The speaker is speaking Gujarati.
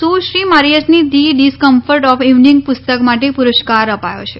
સુશ્રી મારીએસને ધી ડિસકંફર્ટ ઓફ ઇવિનંગ પુસ્તક માટે પુરસ્કાર અપાયો છે